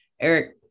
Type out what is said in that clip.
Eric